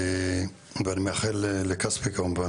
ואני מאחל לאיל כספי כמובן